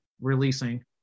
releasing